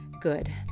good